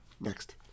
Next